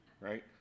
right